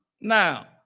Now